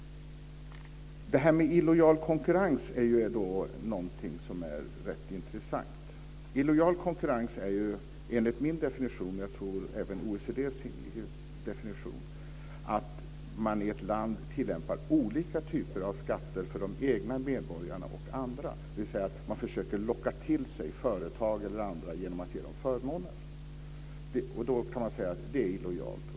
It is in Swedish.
Det här med illojal konkurrens är rätt intressant. Illojal konkurrens är ju enligt min definition, och även OECD:s definition tror jag, att man i ett land tillämpar olika typer av skatter för de egna medborgarna och andra. Man försöker alltså locka till sig företag eller andra genom att ge dem förmåner. Då kan man säga att det är illojalt.